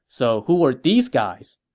so who were these guys?